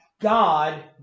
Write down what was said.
God